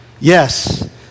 yes